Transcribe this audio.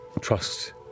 Trust